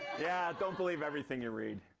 yeah, don't believe everything you read.